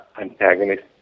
antagonist